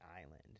island